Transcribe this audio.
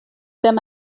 them